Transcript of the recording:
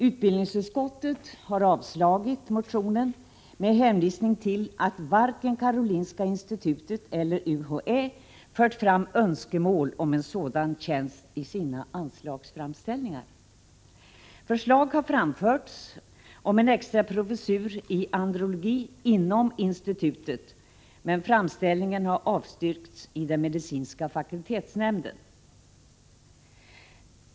Utbildningsutskottet har avstyrkt motionen med hänvisning till att varken Karolinska institutet eller UHÄ har fört fram önskemål om en sådan tjänst i sina anslagsframställningar. Förslag har framförts om en extra professur i andrologi inom institutet, men framställningen har avstyrkts i den medicinska fakultetsnämnden.